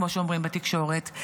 כמו שאומרים בתקשורת,